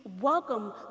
welcome